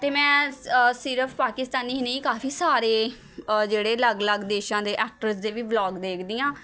ਅਤੇ ਮੈਂ ਸਿਰਫ਼ ਪਾਕਿਸਤਾਨੀ ਹੀ ਨਹੀਂ ਕਾਫੀ ਸਾਰੇ ਜਿਹੜੇ ਅਲੱਗ ਅਲੱਗ ਦੇਸ਼ਾਂ ਦੇ ਐਕਟਰਸ ਦੇ ਵੀ ਵਲੋਗ ਦੇਖਦੀ ਹਾਂ